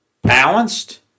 Balanced